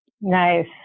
Nice